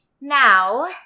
Now